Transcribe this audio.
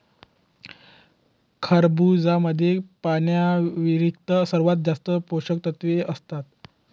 खरबुजामध्ये पाण्याव्यतिरिक्त सर्वात जास्त पोषकतत्वे असतात